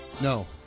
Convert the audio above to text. No